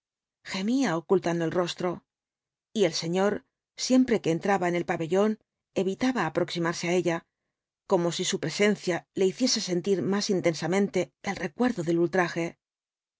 gemía ocultando el rostro y el señor siempre que entraba en el pabellón evitaba aproximarse á ella como si su presencia le hiciese sentir más intensamente el recuerdo del ultraje